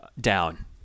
Down